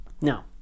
now